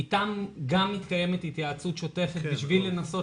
איתם גם מתקיימת התייעצות שוטפת בשביל לנסות